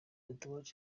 tatouage